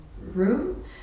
room